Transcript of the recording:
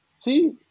See